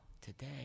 today